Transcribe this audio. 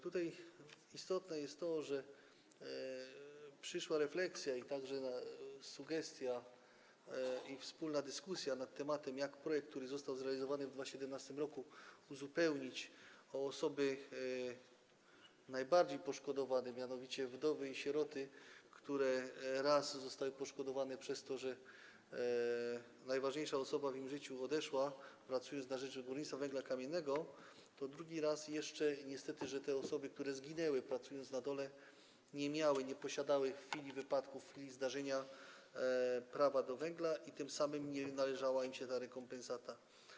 Tutaj istotne jest to, że przyszła refleksja, że była sugestia i wspólna dyskusja na temat tego, jak projekt, który został przyjęty w 2017 r., uzupełnić o osoby najbardziej poszkodowane, mianowicie wdowy i sieroty, które raz zostały poszkodowane przez to, że najważniejsza osoba w ich życiu odeszła, pracując na rzecz górnictwa węgla kamiennego, a jeszcze drugi raz niestety przez to, że osoby, które zginęły, pracując na dole, nie miały, nie posiadały w chwili wypadku, w chwili zdarzenia prawa do węgla, tym samym nie należała im się ta rekompensata.